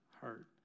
heart